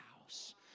house